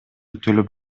төлөп